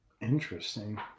Interesting